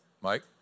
Mike